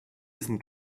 wissen